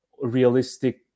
realistic